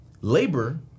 Labor